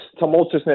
tumultuousness